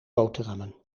boterhammen